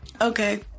Okay